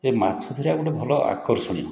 ଏ ମାଛ ଧରିବା ଗୋଟେ ଭଲ ଆକର୍ଷଣୀୟ